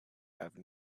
have